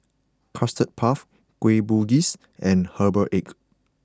Custard Puff Kueh Bugis and Herbal Egg